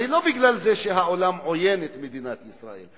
הרי לא בגלל זה שהעולם עוין את מדינת ישראל,